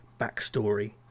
backstory